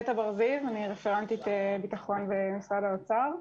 אני רפרנטית ביטחון במשרד האוצר.